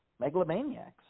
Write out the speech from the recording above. megalomaniacs